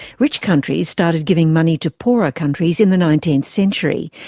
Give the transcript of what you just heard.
rich countries started giving money to poorer countries in the nineteenth century,